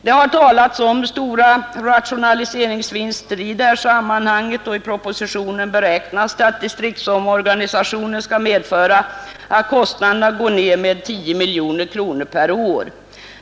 Det har talats om stora rationaliseringsvinster här, och i propositionen beräknas att distriktsomorganisationen skall medföra att kostnaderna kommer att gå ned med 10 miljoner kronor per år.